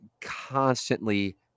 constantly